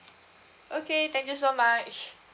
okay thank you so much